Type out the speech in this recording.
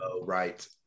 right